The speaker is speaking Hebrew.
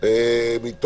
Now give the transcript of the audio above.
20